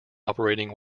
operating